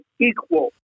equal